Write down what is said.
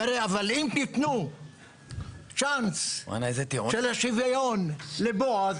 אבל אם תיתנו צ'אנס של השוויון לבועז,